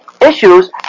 issues